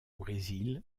brésil